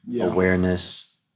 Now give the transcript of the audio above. awareness